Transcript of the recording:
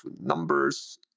numbers